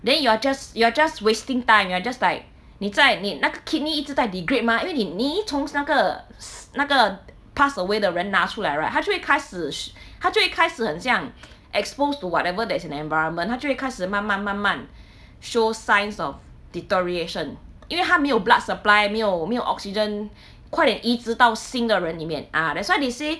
then you're just you're just wasting time you're just like 你在你那个 kidney 一直在 degrade 吗因为你你一从那个那个 pass away 的人拿出来 right 它就会开始它就会开始很像 exposed to whatever that's in environment 他就会开始慢慢慢慢 show signs of deterioration 因为它没有 blood supply 没有没有 oxygen 快点移直到新的人里面 ah that's why they say